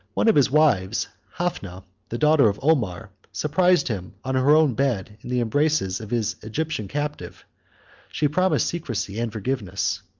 one of his wives, hafna, the daughter of omar, surprised him on her own bed, in the embraces of his egyptian captive she promised secrecy and forgiveness,